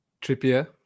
Trippier